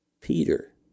Peter